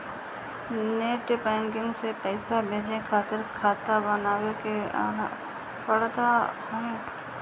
net banking से पईसा भेजे खातिर खाता बानवे के पड़त हअ